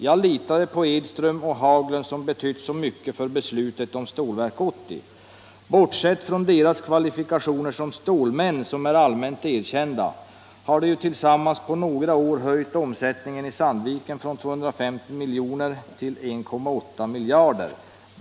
Jag litade på Edström och Haglund som betytt så mycket för besluten om Stålverk 80. Bortsett från deras kvalifikationer som stålmän, som är allmänt erkända, hade de ju tillsammans på några år höjt omsättningen i Sandviken från 250 miljoner kr till 1,8 miljarder.